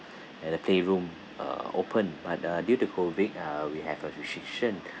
and the playroom uh opened but uh due to COVID uh we have a restriction